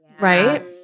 Right